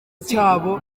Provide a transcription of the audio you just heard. cyabo